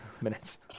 minutes